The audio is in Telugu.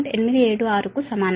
876 కు సమానం